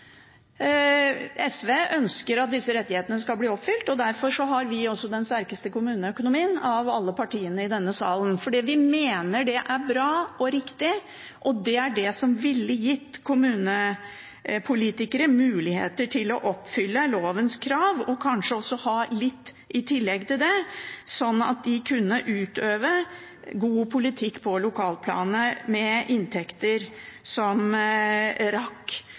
SV ønsker at disse rettighetene skal bli oppfylt. Derfor har vi den sterkeste kommuneøkonomien av alle partiene i denne salen, fordi vi mener det er bra og riktig. Det er det som ville gitt kommunepolitikere mulighet til å oppfylle lovens krav, og kanskje også hatt litt i tillegg til det, slik at de kunne utøvd god poltikk på lokalplanet med inntekter som rakk